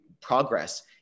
progress